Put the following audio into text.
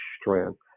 strength